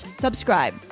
subscribe